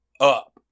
up